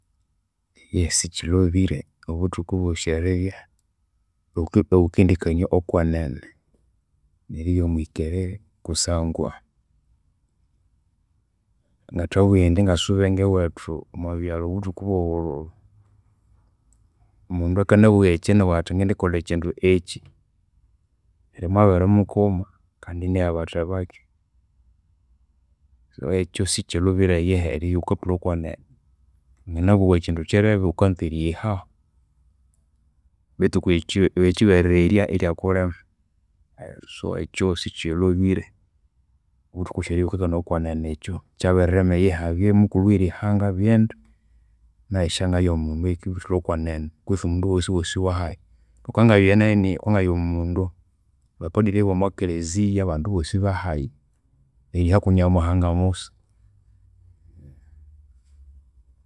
Eyihi sikyilhobire obuthuku bwosi eribya ighuke ighukendikania okwenene neribya muhikereri kusangwa, ngathabugha indi ngasube ngewethu omwabyalu obuthuku obyobululu. Omundu akanabugha ekyindu inabugha athi ngendikolha ekyindu ekyi, neru mwabirimukoma kandi inayabathebakyu. So ekyu sikyilhobire eyihi eribya ighukathulha okwene. Waginabugha ekyindu kyirebe ighukanza eriyihahu betu okwiwe erikyi erikyibererya iryakulema. So, ekyu sikyilhobire obuthuku bwosi eribya ighukakanaya okwenene, kyabirirema. Abye mukulhu owerihanga, abyendi, nayu syangabya mundu eyikendithulha okwene kutse omundu wosiwosi owahayi. Nokwangabya nani, kwangabya mundu, aba padri abomwakelezia, abandu bosi abahayi erihaku nyamuhanga musa.